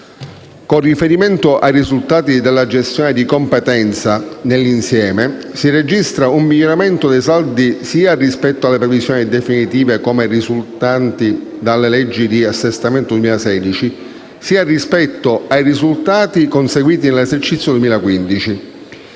Con riferimento ai risultati della gestione di competenza, nell'insieme, si registra un miglioramento dei saldi sia rispetto alle previsioni definitive come risultanti dalla legge di assestamento 2016, sia rispetto ai risultati conseguiti nell'esercizio 2015.